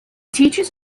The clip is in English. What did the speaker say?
teachers